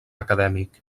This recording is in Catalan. acadèmic